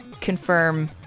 confirm